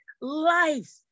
life